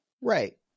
Right